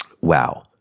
Wow